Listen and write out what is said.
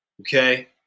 okay